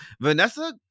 Vanessa